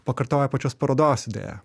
pakartoja pačios parodos idėją